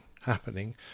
happening